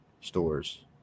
stores